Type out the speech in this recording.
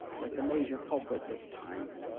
that the major culprit was timing,